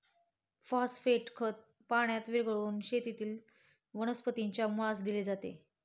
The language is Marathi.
फॉस्फेट खत पाण्यात विरघळवून शेतातील वनस्पतीच्या मुळास दिले जाते